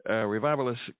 revivalist